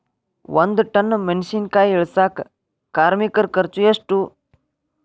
ಒಂದ್ ಟನ್ ಮೆಣಿಸಿನಕಾಯಿ ಇಳಸಾಕ್ ಕಾರ್ಮಿಕರ ಖರ್ಚು ಎಷ್ಟು?